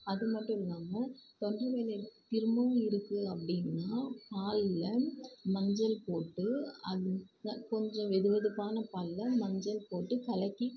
அது மட்டும் இல்லாமல் தொண்டை வலி திரும்பவும் இருக்குது அப்படின்னா பாலில் மஞ்சள் போட்டு அது க கொஞ்சம் வெது வெதுப்பான பாலில் மஞ்சள் போட்டு கலக்கி